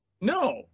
no